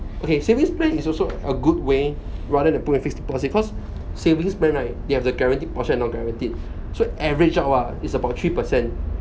okay savings plan is also a good way rather than put in fixed deposit cause savings plan right they have the guarantee portion and not guaranteed so average out ah is about three percent